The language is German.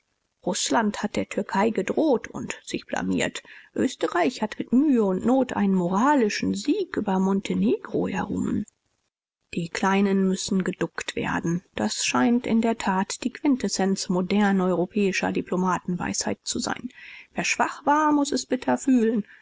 rußland hat der türkei gedroht und sich blamiert österreich hat mit mühe und not einen moralischen sieg über montenegro errungen die kleinen müssen geduckt werden das scheint in der tat die quintessenz modern europäischer diplomatenweisheit zu sein wer schwach war mußte es bitter fühlen